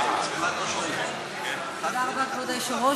תודה רבה, כבוד היושב-ראש.